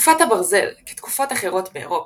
תקופת הברזל, כתקופות אחרות באירופה,